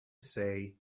say